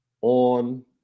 on